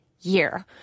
year